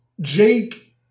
Jake